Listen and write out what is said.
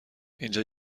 اینجا